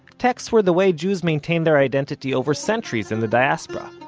texts were the way jews maintained their identity over centuries in the diaspora.